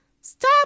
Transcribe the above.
Stop